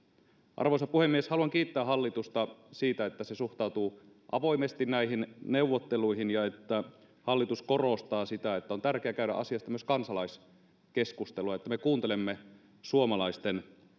arvoisa puhemies haluan kiittää hallitusta siitä että se suhtautuu avoimesti näihin neuvotteluihin ja että hallitus korostaa sitä että on tärkeää käydä asiasta myös kansalaiskeskustelua että me kuuntelemme suomalaisten